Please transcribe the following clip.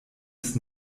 ist